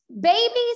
babies